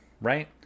right